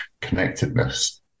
connectedness